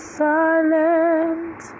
silent